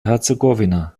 herzegovina